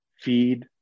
feed